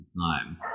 time